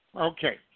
Okay